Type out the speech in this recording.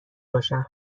باشم